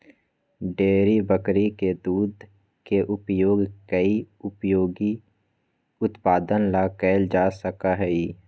dairy बकरी के दूध के उपयोग कई उपयोगी उत्पादन ला कइल जा सका हई